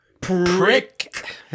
prick